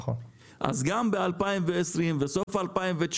גם ב-2020, בסוף 2019,